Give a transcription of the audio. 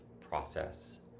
process